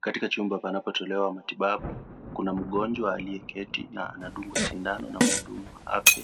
Katika chumba panapo tolewa matibabu kuna mgonjwa aliyeketi na anadungwa sindano na muhudumu wa afya